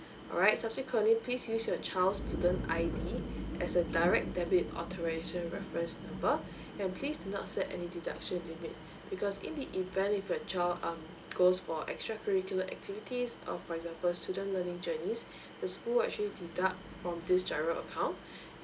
alright subsequently please use your child's student I_D as a direct debit authorisation reference number and please do not set any deduction limit because in the event if your child um goes for extra curricular activities or for example student learning journeys the school actually deduct from this giro account